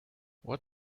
what